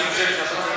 ואני חושב שאתה צריך,